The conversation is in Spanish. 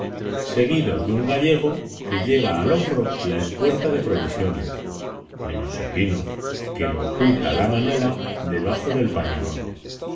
seguidos de un gallego que lleva al hombro la espuerta de provisiones menos el vino que lo oculta la manola debajo del pañolón